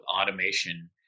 automation